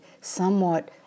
somewhat